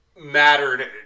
mattered